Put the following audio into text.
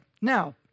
Now